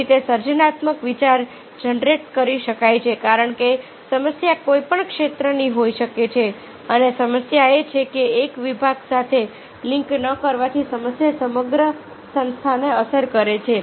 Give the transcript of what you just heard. તેથી તે સર્જનાત્મક વિચાર જનરેટ કરી શકાય છે કારણ કે સમસ્યા કોઈપણ ક્ષેત્રની હોઈ શકે છે અને સમસ્યા એ છે કે એક વિભાગ સાથે લિંક ન કરવાથી સમસ્યા સમગ્ર સંસ્થાને અસર કરે છે